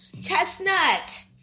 chestnut